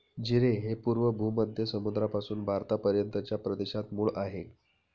जीरे हे पूर्व भूमध्य समुद्रापासून भारतापर्यंतच्या प्रदेशात मूळ आहे